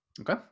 Okay